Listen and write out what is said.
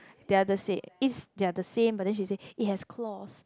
then I just said is they are the same but then she say it has claws